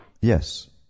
Yes